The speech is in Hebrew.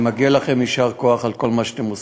ומגיע לכם יישר כוח על כל מה שאתם עושים.